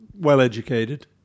well-educated